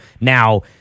now